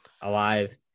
alive